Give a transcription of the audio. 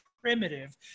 primitive